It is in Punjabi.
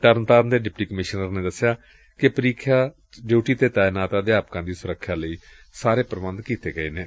ਤਰਨਤਾਰਨ ਦੇ ਡਿਪਟੀ ਕਮਿਸ਼ਨਰ ਨੇ ਦਸਿਆ ਕਿ ਪ੍ੀਖਿਆ ਡਿਉਟੀ ਤੇ ਤਾਇਨਾਤ ਅਧਿਆਪਕਾਂ ਦੀ ਸੁਰੱਖਿਆ ਦੇ ਸਾਰੇ ਪ੍ਬੰਧ ਕੀਤੇ ਜਾਣਗੇ